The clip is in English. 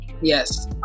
Yes